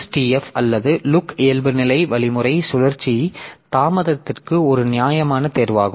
SSTF அல்லது look இயல்புநிலை வழிமுறை சுழற்சி தாமதத்திற்கு ஒரு நியாயமான தேர்வாகும்